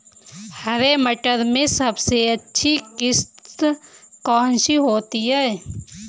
हरे मटर में सबसे अच्छी किश्त कौन सी होती है?